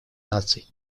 наций